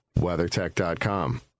WeatherTech.com